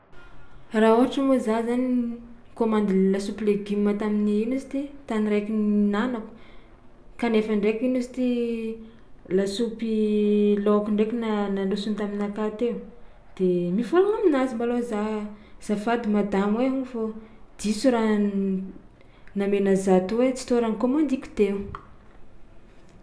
Raha ôhatra moa za zany nikômandy lasopy legioma tamin'ny ino izy ty tany raiky nihinanako kanefa ndraiky ino izy ty lasopy laoko ndraiky na- nandrosony taminakahy teo de mivôlagna aminazy malôha za: azafady madamo ai o fô diso raha namianà za to ai tsy tô raha nikômandiko teo.